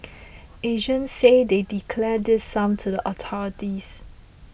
agents say they declare this sum to the authorities